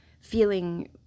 feeling